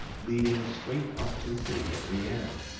leading straight up to the city of the air.